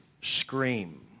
Scream